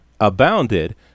abounded